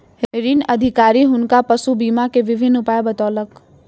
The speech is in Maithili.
ऋण अधिकारी हुनका पशु बीमा के विभिन्न उपाय बतौलक